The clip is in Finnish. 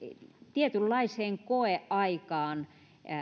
tietynlaiseen koeaikaan